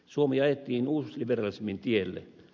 suomi ajettiin uusliberalismin tielle